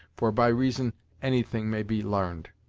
for by reason any thing may be l'arned.